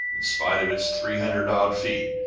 in spite of its three hundred-odd feet,